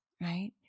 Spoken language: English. right